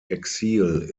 exil